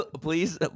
please